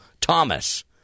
Thomas